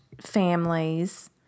families